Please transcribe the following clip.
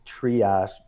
triage